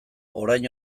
orain